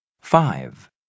Five